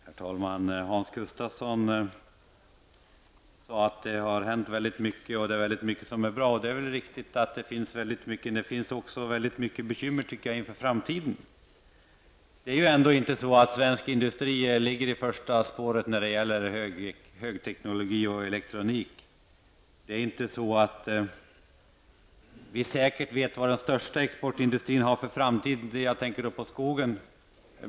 Herr talman! Hans Gustafsson sade att det har hänt väldigt mycket och att det är väldigt mycket som är bra, och det är väl riktigt. Men det finns också väldigt mycket bekymmer, tycker jag, inför framtiden. Svensk industri ligger inte i främsta ledet när det gäller högteknologi och elektronik. Vi vet inte säkert vad den största exportindustrin har för framtid -- jag tänker då på skogen.